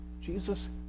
Jesus